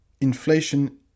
inflation